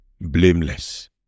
blameless